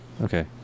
Okay